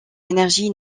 énergie